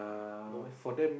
no meh